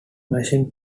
machine